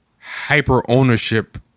hyper-ownership